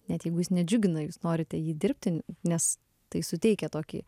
net jeigu jis nedžiugina jūs norite jį dirbti nes tai suteikia tokį